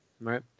right